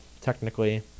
technically